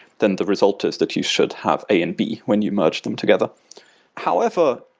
then the result is that you should have a and b when you merge them together however,